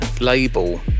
label